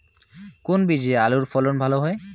কোন বীজে আলুর ফলন ভালো হয়?